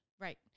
Right